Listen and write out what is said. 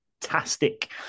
fantastic